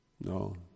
No